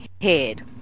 head